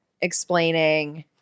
explaining